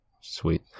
Sweet